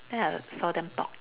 then I saw them talking